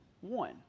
one